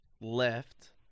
left